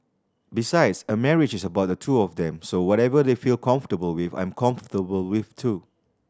besides a marriage is about the two of them so whatever they feel comfortable with I'm comfortable with too